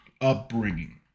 upbringing